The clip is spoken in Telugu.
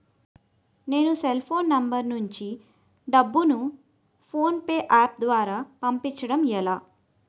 నేను సెల్ ఫోన్ నంబర్ నుంచి డబ్బును ను ఫోన్పే అప్ ద్వారా పంపించడం ఎలా?